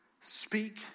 speak